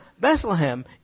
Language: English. Bethlehem